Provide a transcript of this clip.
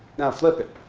now, flip it.